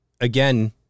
again